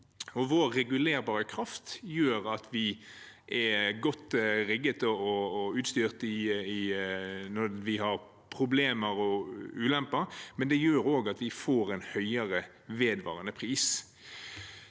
Vår regulerbare kraft gjør at vi er godt rigget og utstyrt når vi har problemer og ulemper, men det gjør også at vi får en høyere vedvarende pris.